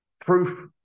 proof